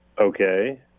Okay